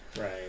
Right